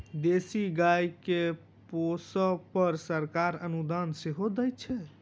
देशी गाय के पोसअ पर सरकार अनुदान सेहो दैत छै